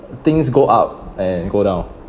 things go up and go down